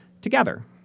together